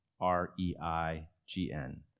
R-E-I-G-N